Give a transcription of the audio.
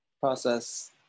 process